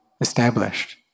established